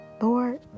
Lord